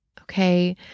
Okay